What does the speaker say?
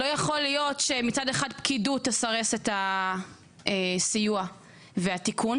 לא יכול להיות שמצד אחד פקידות תסרס את הסיוע והתיקון,